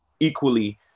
equally